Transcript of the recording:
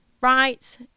right